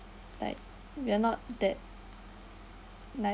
like we are not that like